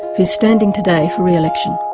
who is standing today for re-election.